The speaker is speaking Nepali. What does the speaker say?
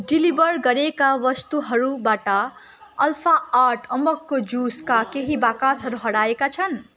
डेलिभर गरिएका वस्तुहरूबाट अल्फा आठ अम्बकको जुसका केही बाकसहरू हराएका छन्